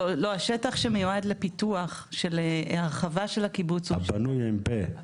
השטח שמיועד לפיתוח של הרחבה של הקיבוץ הוא